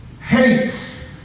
hates